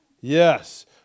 Yes